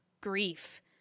grief